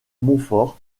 montfort